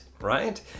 right